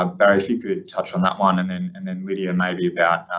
um barry if you could touch on that one and then and then lydia maybe about,